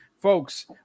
Folks